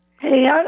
Hey